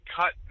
cut